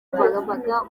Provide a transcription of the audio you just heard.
babaga